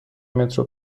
مترو